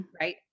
right